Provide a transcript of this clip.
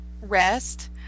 REST